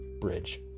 bridge